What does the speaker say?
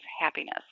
Happiness